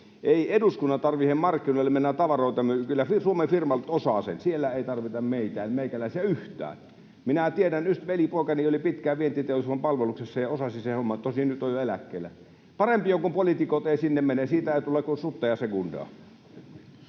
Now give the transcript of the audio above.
ei eduskunnan tarvitse markkinoille mennä tavaroita myymään, kyllä Suomen firmat osaavat sen. Siellä ei tarvita meikäläisiä yhtään. Minä tiedän, sillä velipoikani oli pitkään vientiteollisuuden palveluksessa ja osasi sen homman, tosin nyt on jo eläkkeellä. Parempi on, kun poliitikot eivät sinne mene, siitä ei tule kuin sutta ja sekundaa.